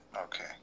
Okay